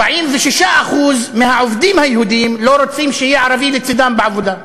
46% מהעובדים היהודים לא רוצים שיהיה ערבי לצדם בעבודה.